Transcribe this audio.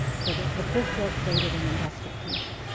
so the the first bill created an industrial commission.